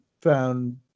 found